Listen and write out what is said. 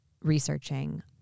researching